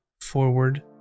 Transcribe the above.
forward